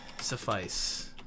Suffice